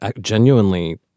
genuinely